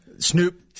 Snoop